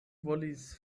volis